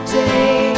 day